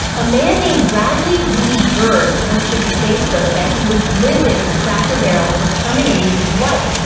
a man named bradley reid byrd posted to facebook that he was livid with cracker barrel for terminating his wife,